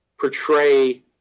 portray